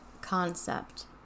concept